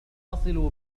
سأتصل